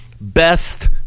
best